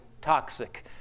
toxic